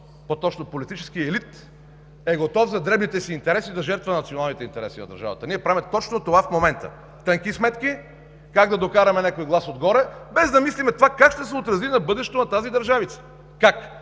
двор – политически елит, който е готов за дребните си интереси да жертва националните интереси на държавата. Ние правим точно това в момента – тънки сметки как да докараме някой глас отгоре, без да мислим това как ще се отрази на бъдещето на тази държавица. Как?